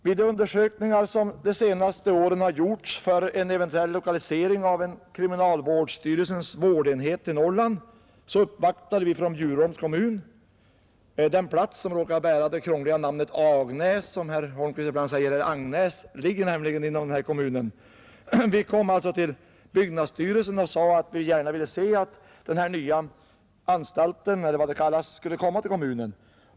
Vid de undersökningar som under de senaste åren har gjorts för en eventuell lokalisering av en kriminalvårdsstyrelsens vårdenhet till Norrland uppvaktade vi från Bjurholms kommun — den plats som råkar bära det krångliga namnet Agnäs, som herr Holmqvist ibland uttalar ”Angnäs”, ligger nämligen inom denna kommun — byggnadsstyrelsen och sade att vi gärna ville se att denna nya anstalt, eller vad den skall kallas, skulle komma till kommunen.